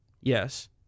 Yes